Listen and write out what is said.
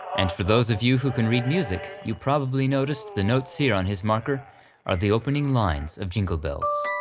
and for those of you who can read music, you probably noticed the notes here on his marker are the opening lines of jingle bells.